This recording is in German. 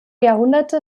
jahrhunderte